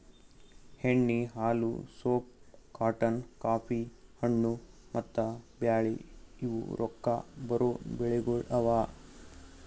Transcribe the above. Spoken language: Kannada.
ಎಣ್ಣಿ, ಹಾಲು, ಸೋಪ್, ಕಾಟನ್, ಕಾಫಿ, ಹಣ್ಣು, ಮತ್ತ ಬ್ಯಾಳಿ ಇವು ರೊಕ್ಕಾ ಬರೋ ಬೆಳಿಗೊಳ್ ಅವಾ